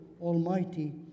Almighty